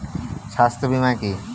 স্বাস্থ্য বীমা কি?